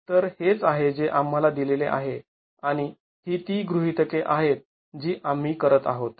तर हेच आहे जे आम्हाला दिलेले आहे आणि ही ती गृहितके आहेत जी आम्ही करत आहोत